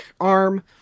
arm